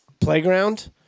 playground